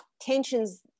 tensions